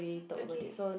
okay